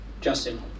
Justin